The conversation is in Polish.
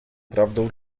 prawdą